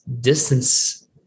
distance